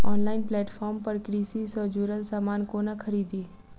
Online platform पर कृषि सँ जुड़ल समान कोना खरीदी?